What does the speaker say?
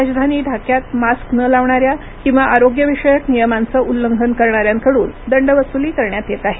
राजधानी ढाक्यात मास्क न लावणाऱ्या किंवा आरोग्यविषयक नियमांचं उल्लंघन करणाऱ्यांकडून दंडवसुली करण्यात येत आहे